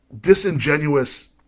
disingenuous